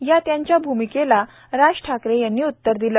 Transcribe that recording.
या त्यांच्या या भूमिकेला राज ठाकरे यांनी उत्तर दिलं